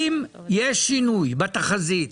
אם יש שינוי בתחזית,